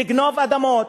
לגנוב אדמות.